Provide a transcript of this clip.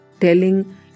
telling